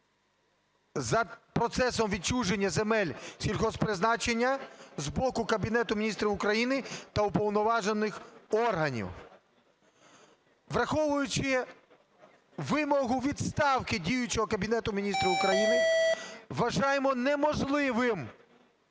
за процесом відчуження земель сільськогосподарського призначення з боку Кабінету Міністрів України та уповноважених органів. Враховуючи вимогу відставки діючого Кабінету Міністрів України, вважаємо неможливим